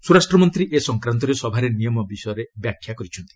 ସ୍ୱରାଷ୍ଟ୍ରମନ୍ତ୍ରୀ ଏ ସଂକ୍ରାନ୍ତରେ ସଭାରେ ନିୟମ ବିଷୟରେ ବାଖ୍ୟା କରିଛନ୍ତି